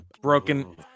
Broken